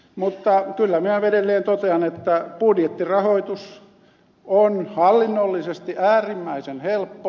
mutta kyllä minä edelleen totean että budjettirahoitus on hallinnollisesti äärimmäisen helppo